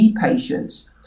patients